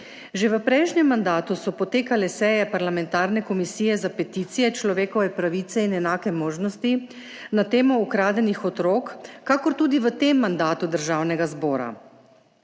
Že v prejšnjem mandatu so potekale seje parlamentarne Komisije za peticije, človekove pravice in enake možnosti na temo ukradenih otrok, prav tako tudi v tem mandatu državnega zbora.